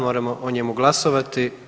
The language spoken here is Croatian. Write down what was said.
Moramo o njemu glasovati.